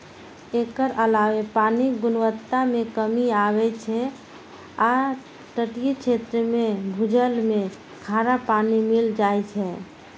एकर अलावे पानिक गुणवत्ता मे कमी आबै छै आ तटीय क्षेत्र मे भूजल मे खारा पानि मिल जाए छै